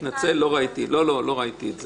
סליחה, אני מתנצל, לא ראיתי את זה.